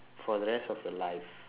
for the rest of your life